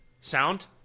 sound